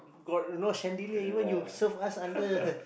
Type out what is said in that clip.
got no chandelier even you serve us under